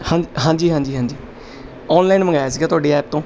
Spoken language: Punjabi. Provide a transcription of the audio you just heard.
ਹਾਂਜੀ ਹਾਂਜੀ ਹਾਂਜੀ ਹਾਂਜੀ ਔਨਲਾਈਨ ਮੰਗਵਾਇਆ ਸੀਗਾ ਤੁਹਾਡੀ ਐਪ ਤੋਂ